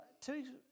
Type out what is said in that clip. Two